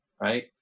right